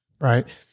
right